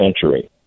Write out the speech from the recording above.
century